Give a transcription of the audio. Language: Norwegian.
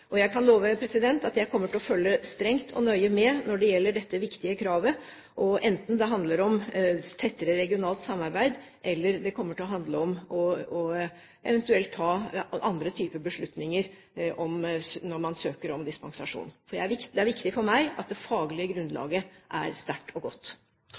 Jeg kan love at jeg kommer til å følge strengt og nøye med når det gjelder dette viktige kravet, enten det handler om tettere regionalt samarbeid eller det kommer til å handle om eventuelt å ta andre typer beslutninger når man søker om dispensasjon. Det er viktig for meg at det faglige grunnlaget er sterkt og godt.